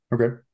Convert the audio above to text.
Okay